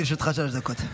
לרשותך שלוש דקות.